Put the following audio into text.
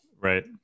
right